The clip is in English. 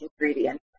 ingredient